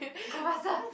go faster